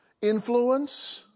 influence